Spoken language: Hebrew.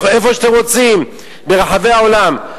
איפה שאתם רוצים ברחבי העולם.